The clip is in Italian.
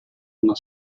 una